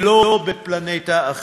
ולא בפלנטה אחרת.